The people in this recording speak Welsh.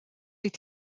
wyt